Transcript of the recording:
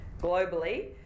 globally